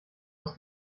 aus